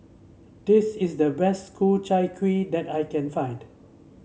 this is the best Ku Chai Kuih that I can find